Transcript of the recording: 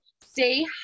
stay